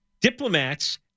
Diplomats